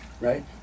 Right